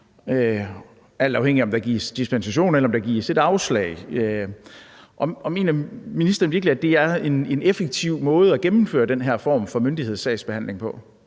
alt afhængigt af om der gives dispensation eller der gives et afslag. Mener ministeren virkelig, at det er en effektiv måde at gennemføre den her form for myndighedssagsbehandling på?